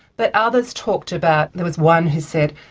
but others talked about, there was one who said,